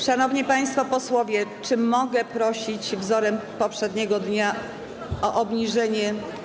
Szanowni państwo posłowie, czy mogę prosić, wzorem poprzedniego dnia, o obniżenie.